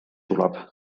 tuleb